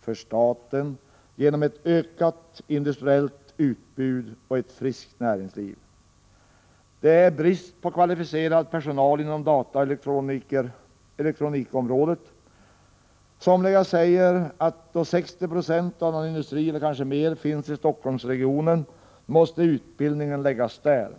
för staten genom ett ökat industriellt utbud och ett friskt näringsliv. Det är brist på kvalificerad personal inom dataoch elektronikområdet. Somliga säger att eftersom 60 96 eller kanske mer av denna industri finns i Stockholmsregionen, måste utbildningen läggas där.